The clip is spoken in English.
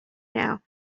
now